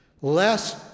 less